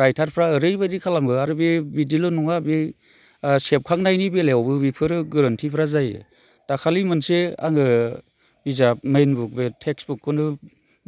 रायटारफोरा ओरैबायदि खालामो आरो बे बिदिल' नङा बे सेबखांनायनि बेलायावबो बेफोरो गोरोन्थिफोरा जायो दाखालि मोनसे आङो बिजाब मेन बुक बे टेक्स्ट बुकखौनो